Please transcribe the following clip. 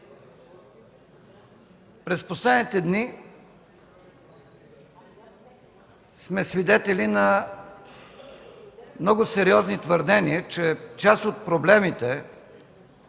През последните дни сме свидетели на много сериозни твърдения, че част от проблемите